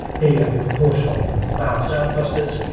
here you have your proportional bow stern thrusters,